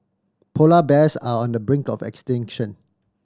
polar bears are on the brink of extinction